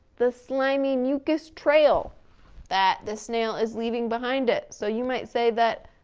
the slimy mucus trail that the snail is leaving behind it. so you might say that,